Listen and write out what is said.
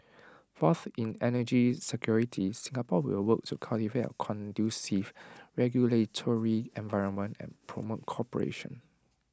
fourth in energy security Singapore will work to cultivate A conducive regulatory environment and promote cooperation